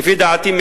לדעתי,